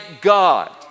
God